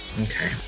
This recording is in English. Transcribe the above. Okay